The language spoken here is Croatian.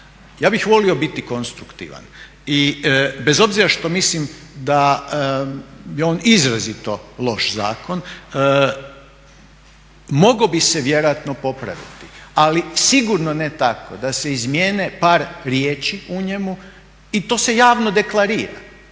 ja bih volio biti konstruktivan i bez obzira što mislim da je on izrazito loš zakon mogao bi se vjerojatno popraviti, ali sigurno ne tako da se izmjene par riječi u njemu i to se javno deklarira